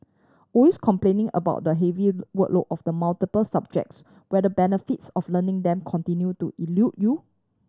always complaining about the heavy workload of the multiple subjects where the benefits of learning them continue to elude you